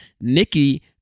Nikki